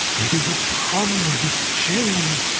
it is a ponderous chain!